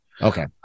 Okay